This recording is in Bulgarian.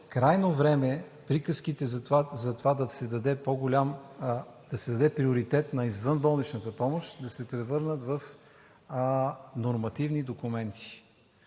крайно време приказките за това да се даде приоритет на извънболничната помощ, да се превърнат в нормативни документи,